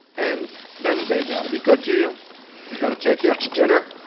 and then they've got to be good to you. they've got to take you out to dinner,